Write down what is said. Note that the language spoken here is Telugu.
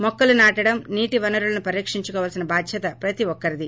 మొక్కలు నాటడం నీటి వనరులను పరిరక్షించుకోవాల్సిన భాద్వత ప్రతి ఒక్కరిదీ